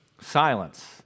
Silence